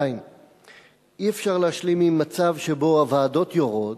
2. אי-אפשר להשלים עם מצב שבו הוועדות יורות,